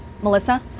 Melissa